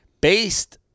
Based